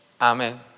Amen